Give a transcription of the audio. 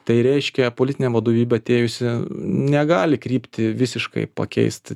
tai reiškia politinė vadovybė atėjusi negali kryptį visiškai pakeisti